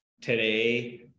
today